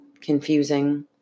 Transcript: confusing